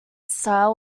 style